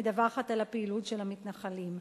מדווחת על הפעילות של המתנחלים,